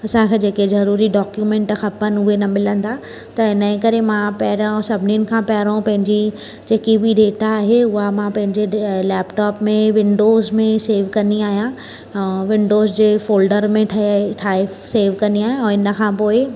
असांखे जेके ज़रूरी डॉक्यूमेंट खपनि उहे न मिलंदा त हिनजे करे मां पहिरियों सभिनिनि खां पहिरों पंहिंजी जेकी बि डेटा आहे उहा मां पंहिंजे लैपटॉप में विंडोज़ में सेव कंदी आहियां विंडोज़ जे फ़ोल्डर में ठए ठाहे सेव कंदी आहियां ऐं हिन खां पोइ